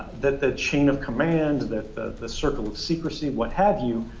that the chain of command, that the circle of secrecy, what have you,